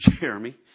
Jeremy